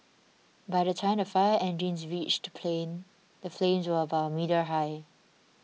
by the time the fire engines reached the plane the flames were about a meter high